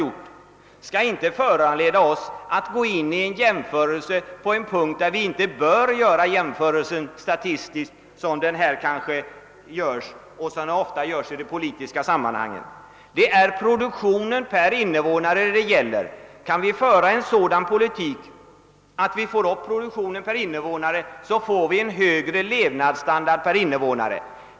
Det skall emellertid inte föranleda oss att ingå på jämförelser på en punkt där vi inte bör göra statistiska jämförelser. Man gör kanske det felet i politiska sammanhang. Det är istället produktionen per invånare det här gäller. Kan vi föra en sådan politik att vi höjer produktiviteten, får vi också en högre levnadsstandard per invånare.